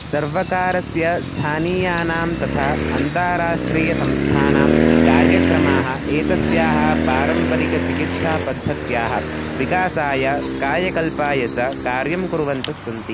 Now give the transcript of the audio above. सर्वकारस्य स्थानीयानां तथा अन्ताराष्ट्रीयसंस्थानां कार्यक्रमाः एतस्याः पारम्परिकचिकित्सापद्धत्याः विकासाय कायकल्पाय च कार्यं कुर्वन्तः सन्ति